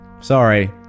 Sorry